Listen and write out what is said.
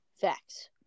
Facts